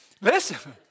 Listen